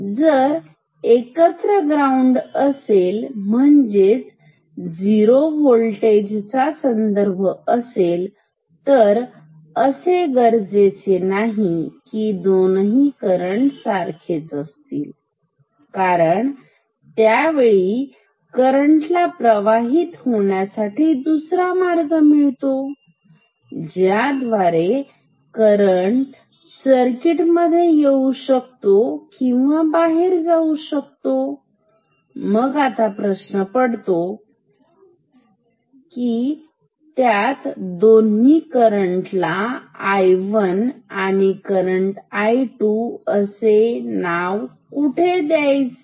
जर एकत्र ग्राउंड असेल म्हणजेच झीरो वोल्टेज चा संदर्भ असेल तर असे गरजेचे नाही की दोनही करंट सारखेच असतील कारण त्यावेळी करंट ला प्रवाहित होण्यासाठी दुसरा मार्ग मिळतो ज्याद्वारे करंट सर्किट मध्ये येऊ शकतो किंवा बाहेर जाऊ शकतो मग आता प्रश्न पडतो मग मी त्यात दोन्ही करंट ला करंट आणि करंट असे नाव कुठे द्यायचे